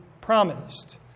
promised